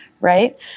right